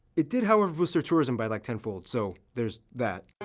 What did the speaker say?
it did however boost their tourism by like tenfolds, so there's that.